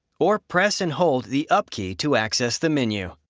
or press and hold the up key to access the menu.